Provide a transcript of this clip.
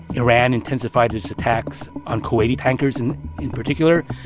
iran intensified its attacks on kuwaiti tankers in in particular.